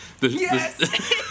yes